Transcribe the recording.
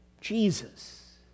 Jesus